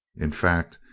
in fact,